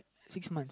six months